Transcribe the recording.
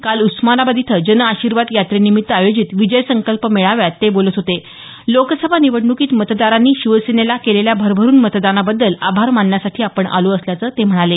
काल उस्मानाबाद इथं जनआशीर्वाद यात्रेनिमित्त आयोजित विजय संकल्प मेळाव्यात ते बोलत होते लोकसभा निवडणूकीत मतदारांनी शिवसेनेला केलेल्या भरभरून मतदानाबद्दल आभार मानण्यासाठी आपण आलो असल्याचं ते म्हणाले